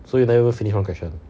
so you never even finish one question